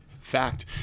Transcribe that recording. Fact